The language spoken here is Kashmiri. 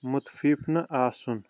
مُتفِف نہٕ آسُن